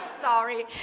Sorry